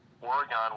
Oregon